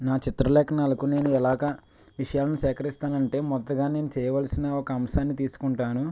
నా చిత్రలేఖనాలకు నేను ఎలాగ విషయాలను సేకరిస్తాను అంటే మొదటిగా నేను చేయవలసిన ఒక అంశాన్ని తీసుకుంటాను